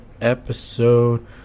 episode